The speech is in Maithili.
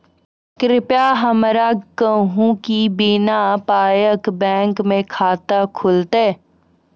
कृपया हमरा कहू कि बिना पायक बैंक मे खाता खुलतै?